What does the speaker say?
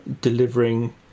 delivering